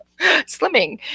Slimming